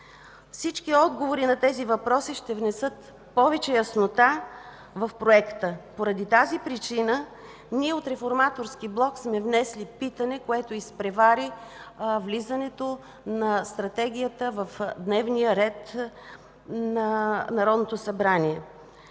Всички отговори на тези въпроси ще внесат повече яснота в проекта. Поради тази причина ние от Реформаторския блок сме внесли питане, което изпревари влизането на Стратегията в дневния ред на Народното събрание.